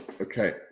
Okay